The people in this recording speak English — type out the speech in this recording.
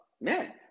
Man